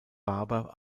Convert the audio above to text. barber